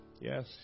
Yes